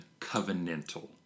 covenantal